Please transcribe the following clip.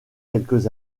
quelques